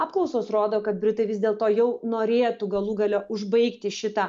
apklausos rodo kad britai vis dėlto jau norėtų galų gale užbaigti šitą